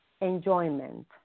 enjoyment